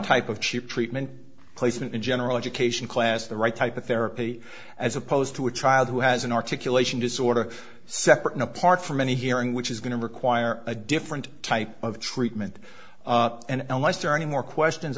type of cheap treatment placement in general education class the right type of therapy as opposed to a child who has an articulation disorder separate and apart from any hearing which is going to require a different type of treatment and once there are any more questions